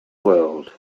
world